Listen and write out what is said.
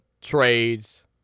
trades